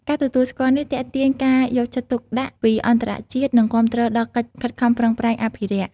ការទទួលស្គាល់នេះទាក់ទាញការយកចិត្តទុកដាក់ពីអន្តរជាតិ និងគាំទ្រដល់កិច្ចខិតខំប្រឹងប្រែងអភិរក្ស។